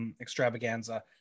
extravaganza